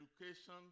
education